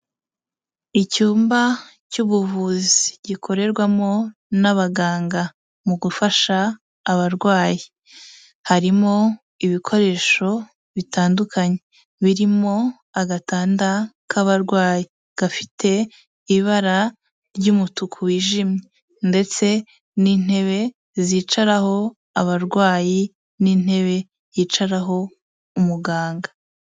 Icyumba cy'ubuvuzi gikorerwamo n'abaganga mu gufasha abarwayi, harimo ibikoresho bitandukanye, birimo agatanda k'abarwayi gafite ibara ry'umutuku wijimye ndetse n'intebe zicaraho abarwayi n'intebe yicaraho umuganga.